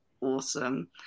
awesome